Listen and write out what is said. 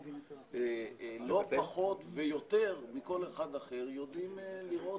אנחנו לא פחות ואף יותר מכל אחד אחד יודעים לראות